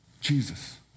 Jesus